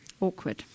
Awkward